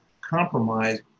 compromise